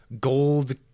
gold